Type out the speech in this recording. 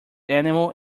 animal